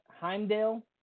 Heimdall